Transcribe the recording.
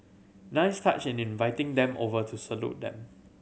nice touch in inviting them over to salute them